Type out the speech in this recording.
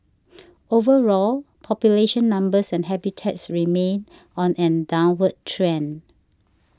overall population numbers and habitats remain on a downward trend